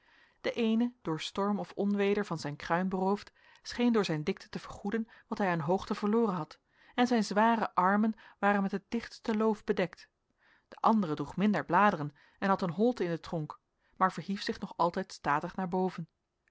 de eene door storm of onweder van zijn kruin beroofd scheen door zijn dikte te vergoeden wat hij aan hoogte verloren had en zijn zware armen waren met het dichtste loof bedekt de andere droeg minder bladeren en had een holte in den tronk maar verhief zich nog altijd statig naar boven